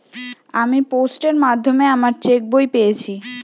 আমি পোস্টের মাধ্যমে আমার চেক বই পেয়েছি